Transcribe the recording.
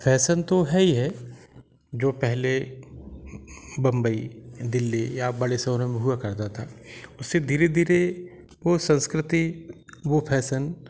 fashion तो है ही है जो पहले बंबई दिल्ली या बड़े शहरों में हुआ करता था उसे धीरे धीरे वो संस्कृति वो फैशन